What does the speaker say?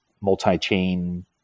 multi-chain